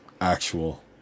actual